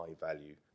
high-value